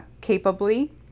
capably